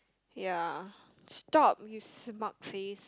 ya stop you smug face